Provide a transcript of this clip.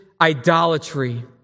idolatry